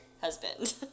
husband